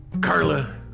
Carla